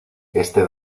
este